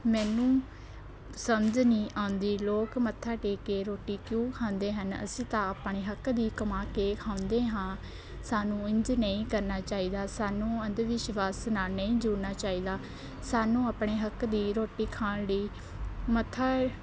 ਮੈਨੂੰ ਸਮਝ ਨਹੀਂ ਆਉਂਦੀ ਲੋਕ ਮੱਥਾ ਟੇਕ ਕੇ ਰੋਟੀ ਕਿਉਂ ਖਾਂਦੇ ਹਨ ਅਸੀਂ ਤਾਂ ਆਪਣੇ ਹੱਕ ਦੀ ਕਮਾ ਕੇ ਖਾਂਦੇ ਹਾਂ ਸਾਨੂੰ ਇੰਝ ਨਹੀਂ ਕਰਨਾ ਚਾਹੀਦਾ ਸਾਨੂੰ ਅੰਧ ਵਿਸ਼ਵਾਸ ਨਾਲ ਨਹੀਂ ਜੁੜਨਾ ਚਾਹੀਦਾ ਸਾਨੂੰ ਆਪਣੇ ਹੱਕ ਦੀ ਰੋਟੀ ਖਾਣ ਲਈ ਮੱਥਾ